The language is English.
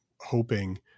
hoping